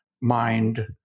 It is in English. mind